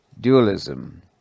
dualism